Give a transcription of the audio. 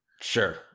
Sure